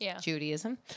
Judaism